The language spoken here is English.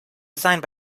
designed